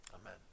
amen